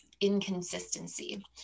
inconsistency